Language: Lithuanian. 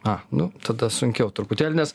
a nu tada sunkiau truputėlį nes